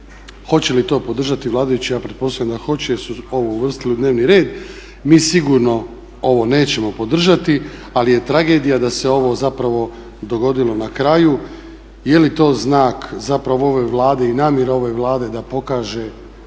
Hoće li to podržati vladajući ja pretpostavljam da hoće jer su ovo uvrstili u dnevni red. Mi sigurno ovo nećemo podržati ali je tragedija da se ovo zapravo dogodilo na kraju. Je li to znak zapravo ove Vlade i namjere ove Vlade da pokaže